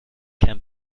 can